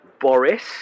Boris